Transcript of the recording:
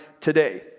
today